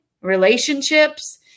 relationships